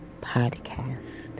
podcast